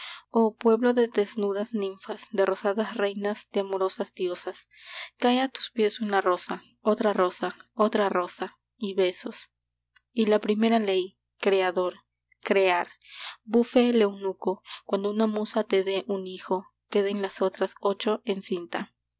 oh pueblo de desnudas ninfas de rosadas reinas de amorosas diosas cae a tus pies una rosa otra rosa otra rosa y besos y la primera ley creador crear bufe el eunuco cuando una musa te dé un hijo queden las otras ocho en cinta